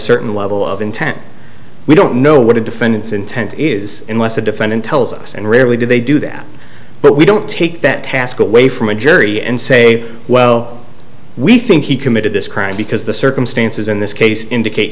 certain level of intent we don't know what a defendant's intent is unless a defendant tells us and rarely do they do that but we don't take that task away from a jury and say well we think he committed this crime because the circumstances in this case indicate